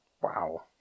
Wow